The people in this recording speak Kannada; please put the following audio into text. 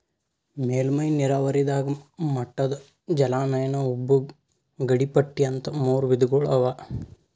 ಮೇಲ್ಮೈ ನೀರಾವರಿದಾಗ ಮಟ್ಟದ ಜಲಾನಯನ ಉಬ್ಬು ಗಡಿಪಟ್ಟಿ ಅಂತ್ ಮೂರ್ ವಿಧಗೊಳ್ ಅವಾ